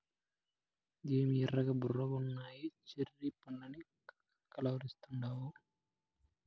ఏమి ఎర్రగా బుర్రగున్నయ్యి చెర్రీ పండ్లని కలవరిస్తాండావు